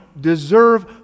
deserve